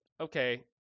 okay